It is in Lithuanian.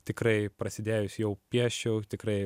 tikrai prasidėjus jau pieščiau tikrai